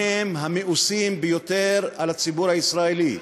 הם המאוסים ביותר על הציבור הישראלי,